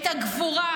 את הגבורה,